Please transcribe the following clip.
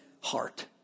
heart